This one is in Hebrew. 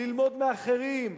ללמוד מאחרים,